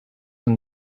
and